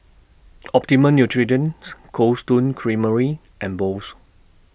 Optimum Nutrition's Cold Stone Creamery and Bose